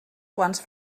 quants